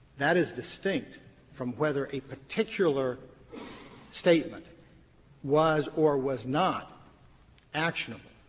that is distinct from whether a particular statement was or was not actionable.